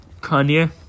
Kanye